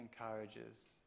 encourages